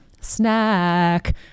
snack